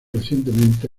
recientemente